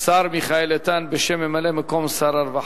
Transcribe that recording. השר מיכאל איתן בשם ממלא-מקום שר הרווחה.